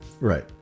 Right